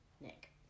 Nick